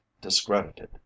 discredited